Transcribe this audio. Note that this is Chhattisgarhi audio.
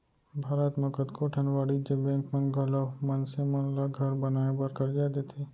भारत म कतको ठन वाणिज्य बेंक मन घलौ मनसे मन ल घर बनाए बर करजा देथे